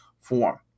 form